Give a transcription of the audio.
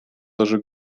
даже